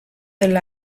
del